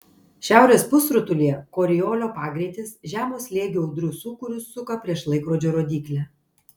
šiaurės pusrutulyje koriolio pagreitis žemo slėgio audrų sūkurius suka prieš laikrodžio rodyklę